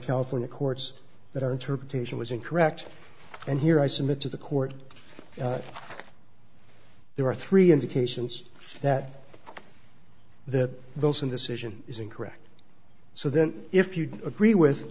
california courts that our interpretation was incorrect and here i submit to the court there are three indications that that those in decision is incorrect so then if you agree with